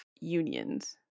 unions